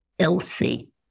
Elsie